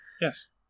Yes